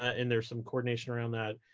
ah and there's some coordination around that.